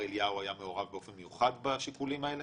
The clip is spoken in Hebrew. אליהו היה מעורב באופן מיוחד בשיקולים האלה?